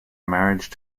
marriage